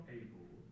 able